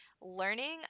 learning